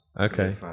Okay